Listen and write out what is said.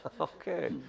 okay